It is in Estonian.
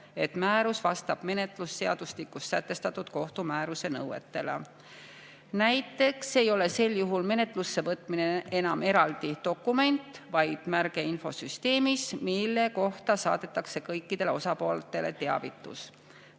et määrus vastab menetlusseadustikus sätestatud kohtumääruse nõuetele. Näiteks ei ole sel juhul menetlusse võtmine enam eraldi dokument, vaid märge infosüsteemis, mille kohta saadetakse kõikidele osapooltele teavitus.